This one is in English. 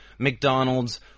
McDonald's